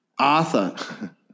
Arthur